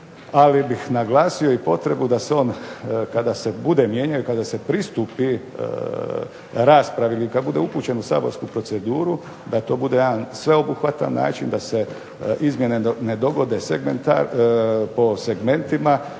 ali bih naglasio potrebu da se on kada se bude mijenjao, kada bude upućen u Saborsku proceduru da to bude jedan sveobuhvatan način da se izmjene ne dogode po segmentima,